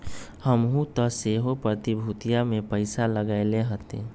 हमहुँ तऽ सेहो प्रतिभूतिय में पइसा लगएले हती